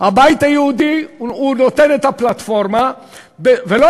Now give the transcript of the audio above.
בבית הזה מתקיימים דיונים סוערים ומתוחים בנושאים הרי גורל,